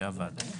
שעבד".